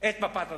את מפת הדרכים?